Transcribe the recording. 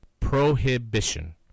prohibition